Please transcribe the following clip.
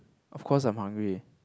of course I'm hungry